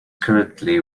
currently